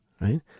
Right